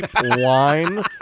wine